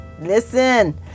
listen